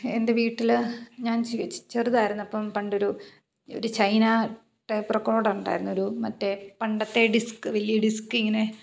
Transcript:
എൻ്റെ വീട്ടിൽ ഞാൻ ചെറുതായിരുന്നപ്പം പണ്ടൊരു ഒരു ചൈന ടേപ്പ് റെക്കോഡ് ഉണ്ടായിരുന്നൊരു മറ്റേ പണ്ടത്തെ ഡിസ്ക്ക് വലിയ ഡിസ്ക്കിങ്ങനെ